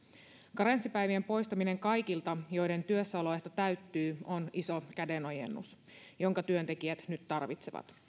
karenssipäivien poistaminen kaikilta joiden työssäoloehto täyttyy on iso kädenojennus jonka työntekijät nyt tarvitsevat